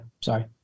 Sorry